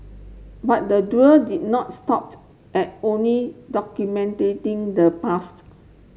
but the duo did not stopped at only the past